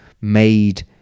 made